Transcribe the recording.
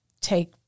take